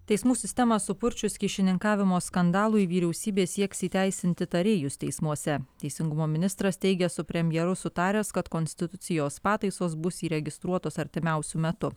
teismų sistemą supurčius kyšininkavimo skandalui vyriausybė sieks įteisinti tarėjus teismuose teisingumo ministras teigia su premjeru sutaręs kad konstitucijos pataisos bus įregistruotos artimiausiu metu